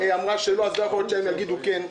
אמרה שלא אז לא יכול להיות שהם יגידו כן.